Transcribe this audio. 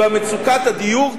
במצוקת הדיור,